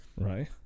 right